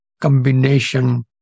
combination